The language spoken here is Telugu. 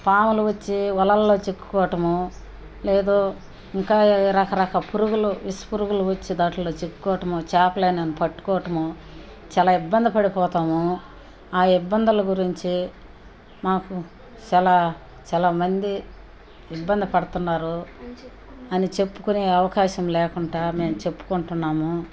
పాములు వచ్చి వలల్లో చిక్కుకోవటము లేదో ఇంకా రకరక పురుగులు విష పురుగులు వచ్చి దానిలో చిక్కుకోవటము చేపలని పట్టుకోటము చాలా ఇబ్బంది పడిపోతాము ఆ ఇబ్బందుల గురించి మాకు చాలా చాలా మంది ఇబ్బంది పడుతున్నారు అని చెప్పుకునే అవకాశం లేకుండా మేం చెప్పుకుంటున్నాము